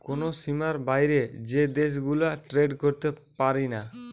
কোন সীমার বাইরে যে দেশ গুলা ট্রেড করতে পারিনা